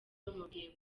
bamubwiye